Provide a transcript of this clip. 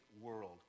world